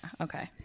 Okay